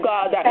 God